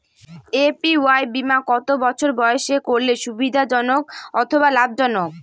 APY বীমা কত বছর বয়সে করলে সুবিধা জনক অথবা লাভজনক?